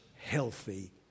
healthy